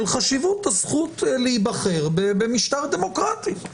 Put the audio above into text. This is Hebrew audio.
של חשיבות הזכות להיבחר במשטר דמוקרטי.